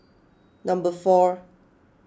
number four